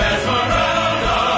Esmeralda